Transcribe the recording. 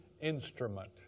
instrument